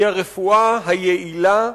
היא הרפואה היעילה,